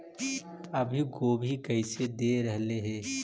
अभी गोभी कैसे दे रहलई हे?